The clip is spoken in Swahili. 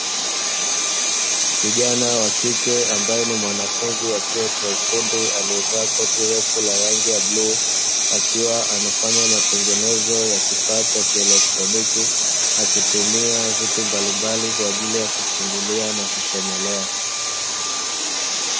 Kijana wa kike ambaye ni mwanafunzi wa chuo cha ufundi aliyevaa koti refu la rangi ya bluu akiwa anafanya matengenezo ya kifaa cha kielektroniki akitumia vitu mbalimbali kwa ajili ya kufungulia na kuchomelea.